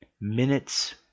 minutes